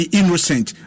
innocent